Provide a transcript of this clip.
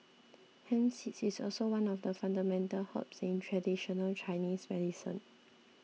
hemp seed is also one of the fundamental herbs in traditional Chinese medicine